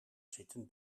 zitten